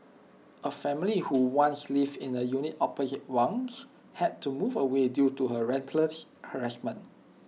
A family who once lived in A unit opposite Wang's had to move away due to her relentless harassment